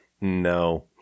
no